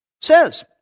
says